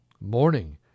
morning